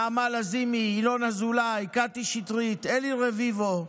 נעמה לזימי, ינון אזולאי, קטי שטרית, אלי רביבו.